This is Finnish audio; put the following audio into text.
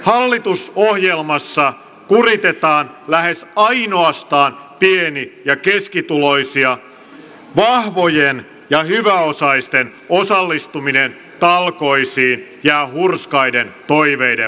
hallitusohjelmassa kuritetaan lähes ainoastaan pieni ja keskituloisia vahvojen ja hyväosaisten osallistuminen talkoisiin jää hurskaiden toiveiden varaan